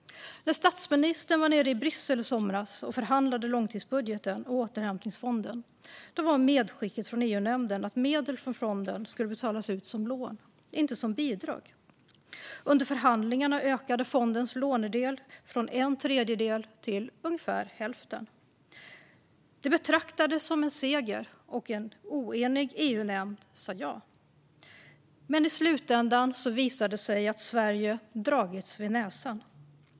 När statsministern var nere i Bryssel i somras och förhandlade långtidsbudgeten och återhämtningsfonden var medskicket från EU-nämnden att medel från fonden skulle betalas ut som lån, inte som bidrag. Under förhandlingarna ökade fondens lånedel från en tredjedel till ungefär hälften. Det betraktades som en seger, och en oenig EU-nämnd sa ja. Men i slutändan visade det sig att Sverige hade dragits vid näsan.